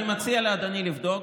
אני מציע לאדוני לבדוק.